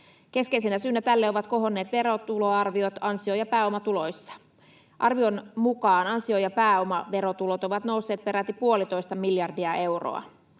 Keskeisenä syynä tälle ovat kohonneet verotuloarviot ansio- ja pääomatuloissa. Arvion mukaan ansio- ja pääomaverotulot ovat nousseet peräti puolitoista miljardia euroa.